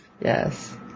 Yes